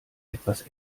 etwas